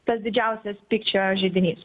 tas didžiausias pykčio židinys